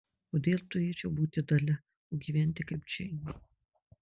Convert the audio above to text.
kodėl turėčiau būti dalia o gyventi kaip džeinė